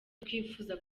twifuza